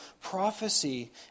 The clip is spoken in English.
prophecy